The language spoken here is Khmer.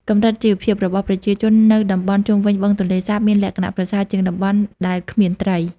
កម្រិតជីវភាព របស់ប្រជាជននៅតំបន់ជុំវិញបឹងទន្លេសាបមានលក្ខណៈប្រសើរជាងតំបន់ដែលគ្មានត្រី។